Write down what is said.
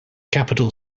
capital